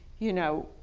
you know,